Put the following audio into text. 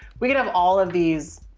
we could have all of these,